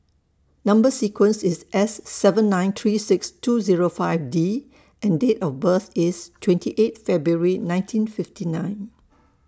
Number sequence IS S seven nine three six two Zero five D and Date of birth IS twenty eight February nineteen fifty nine